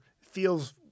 feels